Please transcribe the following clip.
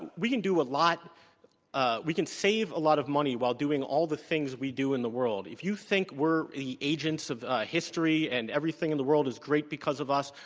we can do a lot ah we can save a lot of money while doing all the things we do in the world. if you think we're agents of history and everything in the world is great because of us,